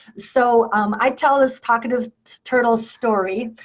so i tell this talkative turtle's story.